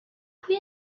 pwy